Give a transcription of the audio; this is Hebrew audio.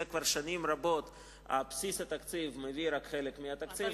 כבר שנים רבות בסיס התקציב מביא רק חלק מהתקציב,